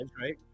right